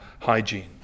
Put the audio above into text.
hygiene